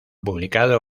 publicado